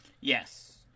Yes